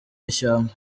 ishyamba